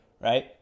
right